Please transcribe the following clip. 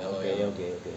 okay okay